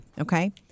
okay